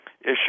issue